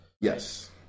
Yes